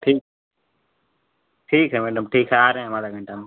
ठीक ठीक है मैडम ठीक है आ रहे हैं हम आधा घंटा में